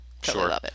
Sure